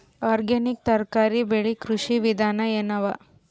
Organic ತರಕಾರಿ ಬೆಳಿ ಕೃಷಿ ವಿಧಾನ ಎನವ?